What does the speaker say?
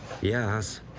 Yes